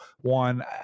one